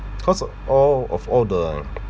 cause all of all the